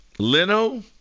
Leno